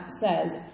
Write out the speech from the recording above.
says